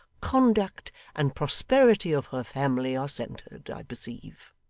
conduct, and prosperity of her family are centred, i perceive